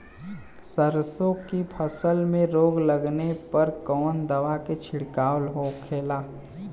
सरसों की फसल में रोग लगने पर कौन दवा के छिड़काव होखेला?